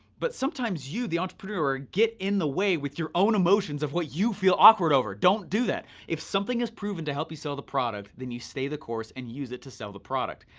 but sometimes you, the entrepreneur, get in the way with your own emotions of what you feel awkward over. don't do that. if something is proven to help you sell a product, then you stay the course and use it to sell the product,